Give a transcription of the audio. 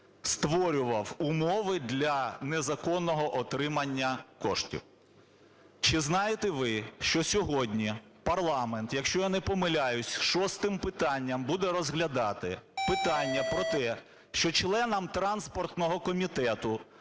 створював умови для незаконного отримання коштів. Чи знаєте ви, що сьогодні парламент, якщо я не помиляюсь, шостим питанням буде розглядати питання про те, що членам транспортного комітету